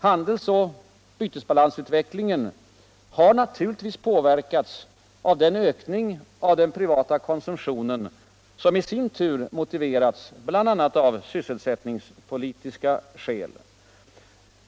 Handelsoch bytesbalansutvecklingen har naturligtvis påverkats av den ökning av den privata konsumtionen som i sin tur har motiverats av bl.a. sysselsättningspolitiska skäl.